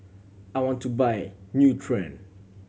I want to buy Nutren